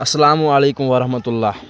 اَسَلامُ علیکُم وَرحمتُہ اللہ